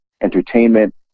entertainment